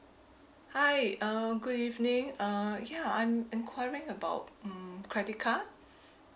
hi uh good evening uh ya I'm enquiring about mm credit card